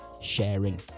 sharing